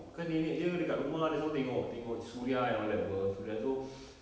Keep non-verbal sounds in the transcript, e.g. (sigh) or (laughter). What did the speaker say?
kan nenek dia kat rumah dia selalu tengok suria and all that apa suria so (noise)